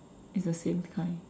it's the same kind